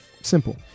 Simple